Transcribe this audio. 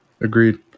Agreed